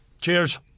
Cheers